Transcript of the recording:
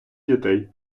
дітей